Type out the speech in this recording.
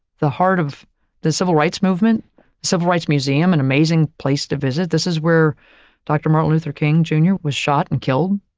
the heart of the civil rights movement, the civil rights museum, an amazing place to visit. this is where dr. martin luther king jr. was shot and killed.